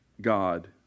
God